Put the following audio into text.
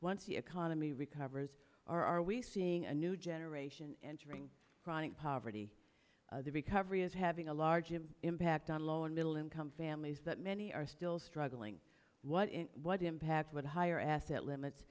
once the economy recovers or are we seeing a new generation entering chronic poverty the recovery is having a larger impact on lower middle income families that many are still struggling what what impact would higher asset limits